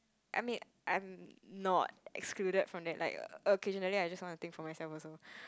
I mean I'm not excluded from that like occasionally I just want to think for myself also